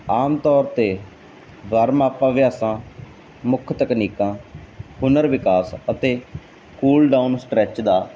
ਆਮ ਤੌਰ 'ਤੇ ਵਾਰਮਅਪ ਅਭਿਆਸਾਂ ਮੁੱਖ ਤਕਨੀਕਾਂ ਪੁਨਰ ਵਿਕਾਸ ਅਤੇ ਕੂਲ ਡਾਊਨ ਸਟਰੈਚ ਦਾ